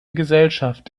gesellschaft